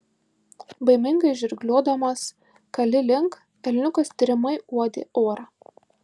baimingai žirgliodamas kali link elniukas tiriamai uodė orą